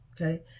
Okay